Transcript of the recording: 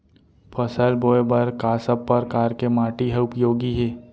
फसल बोए बर का सब परकार के माटी हा उपयोगी हे?